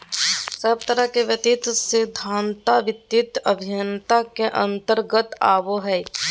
सब तरह के वित्तीय सिद्धान्त वित्तीय अभयन्ता के अन्तर्गत आवो हय